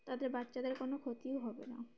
তাদের বাচ্চাদের কোনো ক্ষতিও হবে না